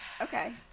Okay